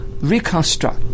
reconstruct